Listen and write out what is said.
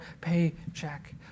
paycheck